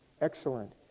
excellent